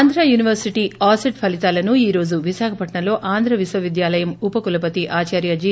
Andhra university AUCET ఫలితాలను ఈ రోజు విశాఖపట్పంలో ఆంధ్ర విశ్వవిద్యాలయం ఉప కులపతి ఆదార్య జి